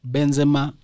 Benzema